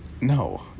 No